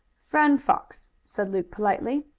friend fox, said luke politely,